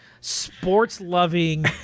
sports-loving